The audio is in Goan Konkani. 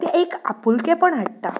तें एक आपुलकेंपण हाडटा